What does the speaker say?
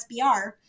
SBR